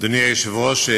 אדוני היושב-ראש,